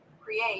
create